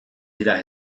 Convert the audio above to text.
dira